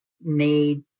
made